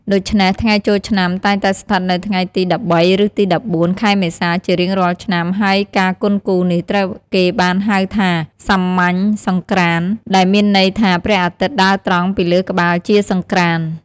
ដូច្នេះ ថ្ងៃចូលឆ្នាំតែងតែស្ថិតនៅថ្ងៃទី ១៣ ឬទី ១៤ ខែមេសាជារៀងរាល់ឆ្នាំ ហើយការគន់គូរនេះត្រូវគេបានហៅថា សាមញ្ញសង្ក្រាន្ត ដែលមានន័យថាព្រះអាទិត្យដើរត្រង់ពីលើក្បាលជាសង្ក្រាន្ត។